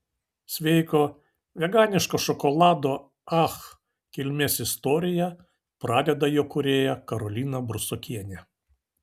sveiko veganiško šokolado ach kilmės istoriją pradeda jo kūrėja karolina brusokienė